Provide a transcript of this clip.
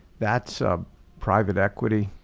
that's a private equity